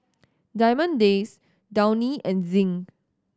Diamond Days Downy and Zinc